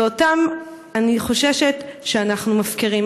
ואותם אני חוששת שאנחנו מפקירים.